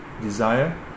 desire